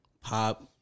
pop